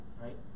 right